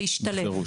להשתלב.